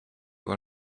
will